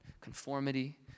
conformity